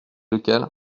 lequel